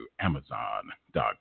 Amazon.com